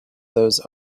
those